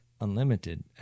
unlimited